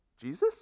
Jesus